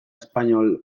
espainol